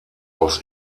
aus